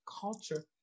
culture